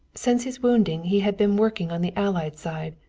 since his wounding he had been working on the allied side,